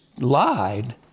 lied